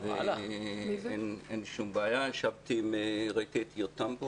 ראיתי את יותם פה